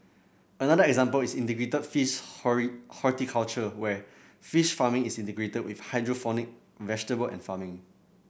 another example is integrated fish horticulture where fish farming is integrated with hydroponic vegetable farming